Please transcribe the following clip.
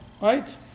right